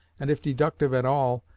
and if deductive at all,